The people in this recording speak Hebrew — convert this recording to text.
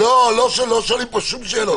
אני יכולה להסביר את ההיגיון בשלב